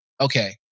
okay